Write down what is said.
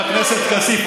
חבר הכנסת כסיף,